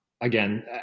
again